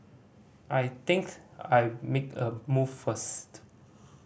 I think I'll make a move first